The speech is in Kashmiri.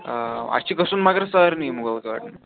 آ اَسہِ چھُ گَژھُن مگر سارنٕے مُغل گارڑنن